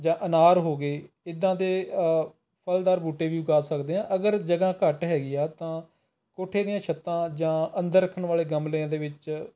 ਜਾਂ ਅਨਾਰ ਹੋ ਗਏ ਇੱਦਾਂ ਦੇ ਫ਼ਲਦਾਰ ਬੂਟੇ ਵੀ ਉੱਗਾ ਸਕਦੇ ਹਾਂ ਅਗਰ ਜਗ੍ਹਾ ਘੱਟ ਹੈਗੀ ਆ ਤਾਂ ਕੋਠੇ ਦੀਆਂ ਛੱਤਾਂ ਜਾਂ ਅੰਦਰ ਰੱਖਣ ਵਾਲੇ ਗਮਲਿਆਂ ਦੇ ਵਿੱਚ